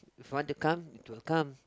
if want to come it will come